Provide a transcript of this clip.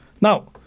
Now